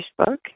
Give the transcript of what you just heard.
Facebook